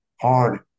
hard